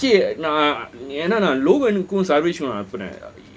இல்லயே ஏன்னா நான் லோகல் விஷயம் சேர்பேஷ் அனுப்பினான்:illaye enna naan logal vishyam serbesh anuppinan